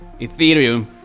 Ethereum